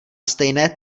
stejné